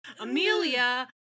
Amelia